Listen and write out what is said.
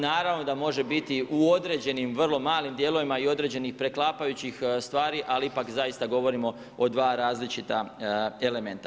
Naravno da može biti u određenim vrlo malim dijelovima i određenih preklapajućih stvari, ali ipak zaista govorimo o 2 različita elementa.